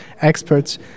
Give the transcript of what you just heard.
experts